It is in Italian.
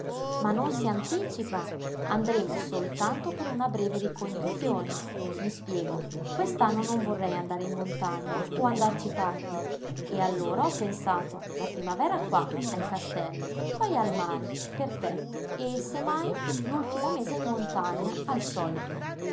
ma non si anticipa andremo soltanto per una breve ricognizione i spiego quest'anno non vorrei andare in montagna o andarci tardi e allora ho pensato la primavera qua ai castelli poi al mare per te e se mai l'ultimo mese in montagna al solito